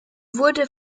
wurde